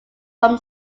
from